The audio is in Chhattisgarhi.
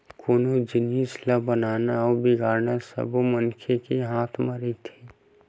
कोनो जिनिस ल बनाना अउ बिगाड़ना सब मनखे के हाथ म रहिथे